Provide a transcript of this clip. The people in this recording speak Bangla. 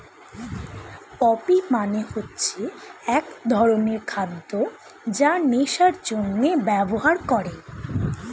পপি মানে হচ্ছে এক ধরনের খাদ্য যা নেশার জন্যে ব্যবহার করে